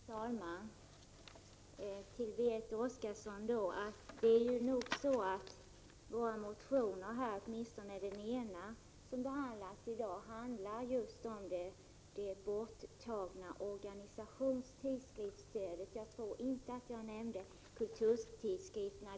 Fru talman! Till Berit Oscarsson vill jag säga att åtminstone den ena av de motioner från oss som behandlas i dag handlar om just det borttagna organisationstidskriftsstödet — jag tror inte att jag nämnde kulturtidskrifterna.